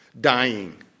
dying